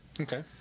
okay